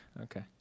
Okay